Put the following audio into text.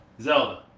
Zelda